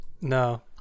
No